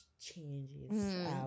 changes